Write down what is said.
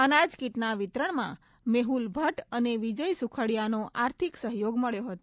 અનાજ કીટના વિતરણમાં મેહલ ભટ્ટ અને વિજય સુખડિયાનો આર્થિક સહયોગ મળ્યો હતો